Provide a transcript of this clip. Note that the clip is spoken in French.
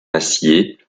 acier